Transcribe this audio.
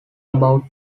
about